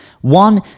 One